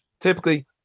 Typically